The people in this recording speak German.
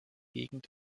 gegend